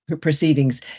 proceedings